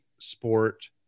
sport